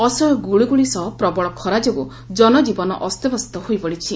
ଅସହ୍ୟ ଗୁଳିଗୁଳି ସହ ପ୍ରବଳ ଖରା ଯୋଗୁଁ ଜନଜୀବନ ଅସ୍ତବ୍ୟସ୍ତ ହୋଇପଡ଼ିଛି